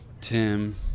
Tim